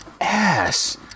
ass